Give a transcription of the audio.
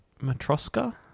Matroska